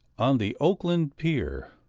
on the oakland pier,